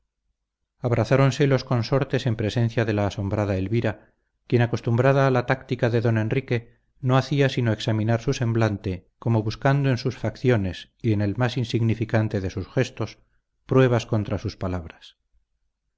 abrazáronse los consortes en presencia de la asombrada elvira quien acostumbrada a la táctica de don enrique no hacía sino examinar su semblante como buscando en sus facciones y en el más insignificante de sus gestos pruebas contra sus palabras